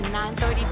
9.30